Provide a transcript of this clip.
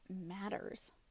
matters